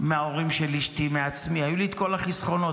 מההורים של אשתי, מעצמי, את כל החסכונות.